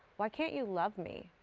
why can't you love me.